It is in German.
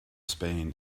spain